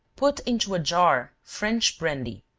put into a jar french brandy,